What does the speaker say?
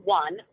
one